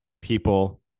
people